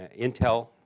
Intel